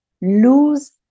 lose